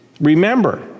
Remember